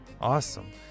Awesome